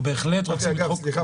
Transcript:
סליחה צחי,